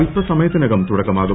അല്പസമയത്തിനകം തുടക്കമാകും